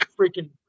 freaking